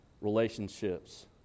relationships